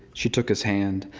she took his hand,